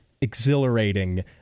exhilarating